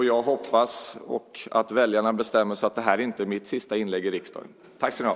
Jag hoppas att väljarna bestämmer sig för att det här inte är mitt sista inlägg i riksdagen. Tack ska ni ha!